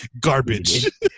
Garbage